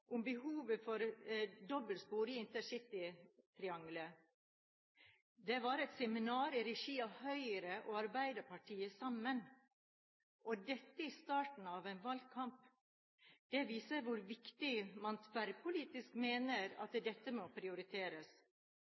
om behovet for dobbeltspor i intercitytrianglet. Det var et seminar i regi av Høyre og Arbeiderpartiet sammen og dette i starten av en valgkamp. Det viser hvor viktig man tverrpolitisk mener at dette må prioriteres.